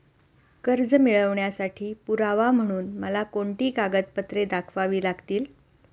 कर्ज मिळवण्यासाठी पुरावा म्हणून मला कोणती कागदपत्रे दाखवावी लागतील?